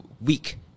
week